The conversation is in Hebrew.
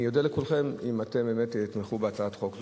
אני אודה לכולכם אם אתם באמת תתמכו בהצעת חוק זו.